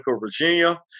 Virginia